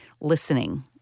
listening